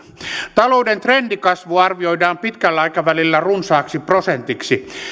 talouden trendikasvu arvioidaan pitkällä aikavälillä runsaaksi prosentiksi